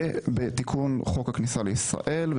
תיקון חוק הכניסה לישראל,